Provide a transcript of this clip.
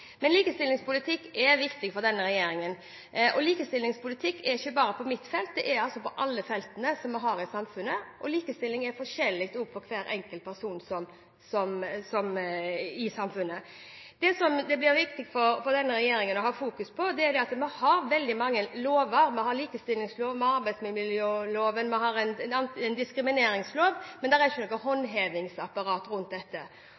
Likestillingspolitikk er viktig for denne regjeringen. Likestillingspolitikk hører ikke bare inn under mitt felt – det hører inn under alle feltene vi har i samfunnet. Likestilling er forskjellig – sett ut fra hver enkelt person i samfunnet. Det som blir viktig for denne regjeringen å fokusere på, er det at vi har veldig mange lover. Vi har likestillingsloven, arbeidsmiljøloven og antidiskrimineringsloven, men det er ikke et godt nok håndhevingsapparat rundt dette. Det jeg nå har